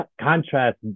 contrast